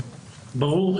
ברור.